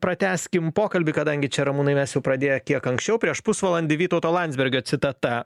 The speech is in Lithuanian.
pratęskim pokalbį kadangi čia ramūnai mes jau pradėję kiek anksčiau prieš pusvalandį vytauto landsbergio citata